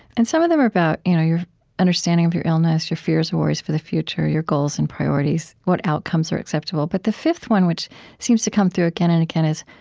and some of them are about you know your understanding of your illness, your fears and worries for the future, your goals and priorities, what outcomes are acceptable. but the fifth one, which seems to come through again and again, is,